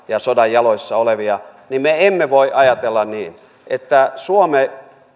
ja sodan jaloissa olevia niin me emme voi ajatella niin että